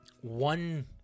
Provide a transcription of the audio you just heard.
one